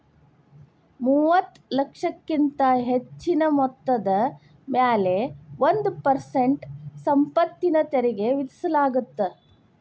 ಮೂವತ್ತ ಲಕ್ಷಕ್ಕಿಂತ ಹೆಚ್ಚಿನ ಮೊತ್ತದ ಮ್ಯಾಲೆ ಒಂದ್ ಪರ್ಸೆಂಟ್ ಸಂಪತ್ತಿನ ತೆರಿಗಿ ವಿಧಿಸಲಾಗತ್ತ